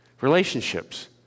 Relationships